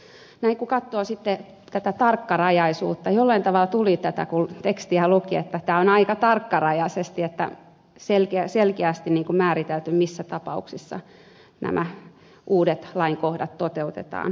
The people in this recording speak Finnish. näin kun katsoo sitten tätä tarkkarajaisuutta jollain tavalla tuli ilmi kun tätä tekstiä luki että tämä on aika tarkkarajaisesti selkeästi määritelty missä tapauksissa nämä uudet lainkohdat toteutetaan